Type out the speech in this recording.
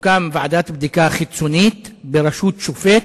שתוקם ועדת הבדיקה החיצונית בראשות שופט,